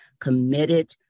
committed